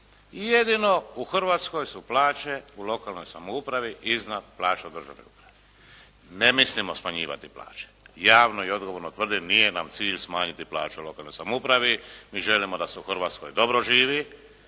Jedino u Hrvatskoj su plaće u lokalnoj samoupravi iznad plaća u državnoj upravi. Ne mislimo smanjivati plaće. Javno i odgovorno tvrdim nije nam cilj smanjiti plaću u lokalnoj samoupravi. Mi želimo da se u Hrvatskoj dobro živi